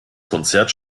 konzert